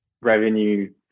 revenue